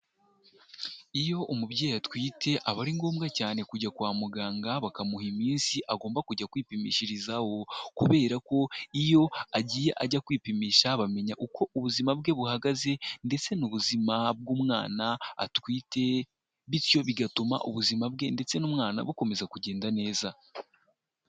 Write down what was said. Iyo umubyeyi atwite, aba ari ngombwa cyane kujya kwa muganga bakamuha iminsi agomba kujya kwipimishirizaho. Kubera ko iyo agiye ajya kwipimisha bamenya uko ubuzima bwe buhagaze, ndetse n'ubuzima bw'umwana atwite, bityo bigatuma ubuzima bwe ndetse n'umwana bukomeza kugenda neza.